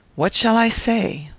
what shall i say?